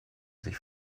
sich